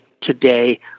today